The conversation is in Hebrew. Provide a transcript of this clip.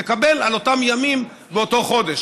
תקבל על אותם ימים באותו חודש,